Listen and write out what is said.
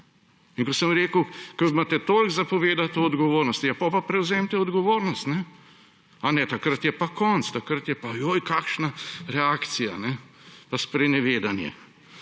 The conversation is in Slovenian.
In ko sem rekel, ko imate toliko za povedati o odgovornosti, potem pa prevzemite odgovornost. Ne, takrat je pa konec, takrat je pa − joj, kakšna reakcija in sprenevedanje.